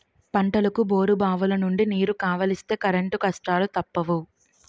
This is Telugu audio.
పంటలకు బోరుబావులనుండి నీరు కావలిస్తే కరెంటు కష్టాలూ తప్పవు